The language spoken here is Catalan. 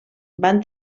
van